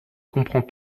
comprends